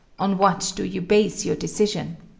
on what do you base your decision?